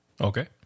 Okay